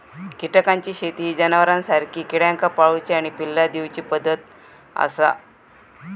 कीटकांची शेती ही जनावरांसारखी किड्यांका पाळूची आणि पिल्ला दिवची पद्धत आसा